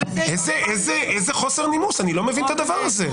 איזה חוסר נימוס, אני לא מבין את הדבר הזה.